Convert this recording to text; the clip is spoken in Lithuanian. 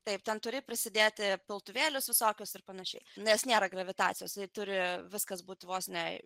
taip ten turi prasidėti piltuvėlius visokios ir panašiai nes nėra gravitacijos ir turi viskas būt vos ne